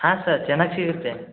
ಹಾಂ ಸರ್ ಚೆನ್ನಾಗಿ ಸಿಗತ್ತೆ